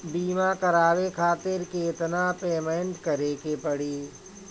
बीमा करावे खातिर केतना पेमेंट करे के पड़ी?